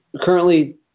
currently